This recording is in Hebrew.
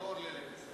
זאת לא אורלי לוי.